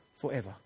forever